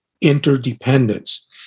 interdependence